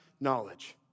knowledge